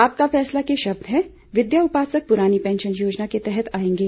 आपका फैसला के शब्द हैं विद्या उपासक पूरानी पेंशन योजना के तहत आएंगे